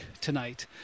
tonight